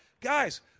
Guys